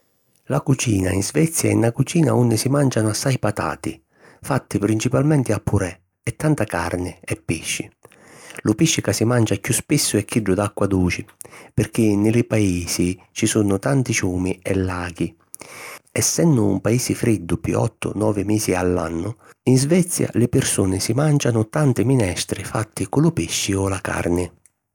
La cucina in Svezia è na cucina unni si màncianu assai patati, fatti principalmenti a purè, e tanta carni e pisci. Lu pisci ca si mancia chiù spissu è chiddu d'acqua duci pirchì nni lu paisi ci sunnu tanti ciumi e laghi. Essennu un paisi friddu pi ottu - novi misi a l’annu, in Svezia li pirsuni si màncianu tanti minestri fatti cu lu pisci o la carni.